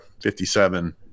57